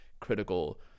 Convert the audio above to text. critical